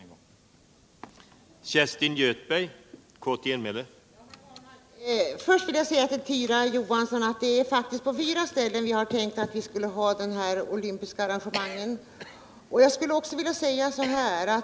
Olvmpiska vinterspel i Sverige är 100